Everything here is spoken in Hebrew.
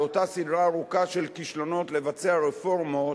לאותה סדרה ארוכה של כישלונות לבצע רפורמות,